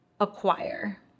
acquire